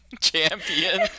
champion